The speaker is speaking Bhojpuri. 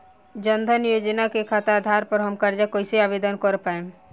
जन धन योजना खाता के आधार पर हम कर्जा कईसे आवेदन कर पाएम?